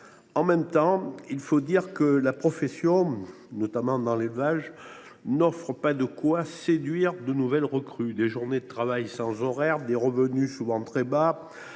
En même temps, il faut dire que la profession, notamment dans l’élevage, n’offre pas de quoi séduire de nouvelles recrues, avec des journées de travail sans horaires, des revenus souvent très bas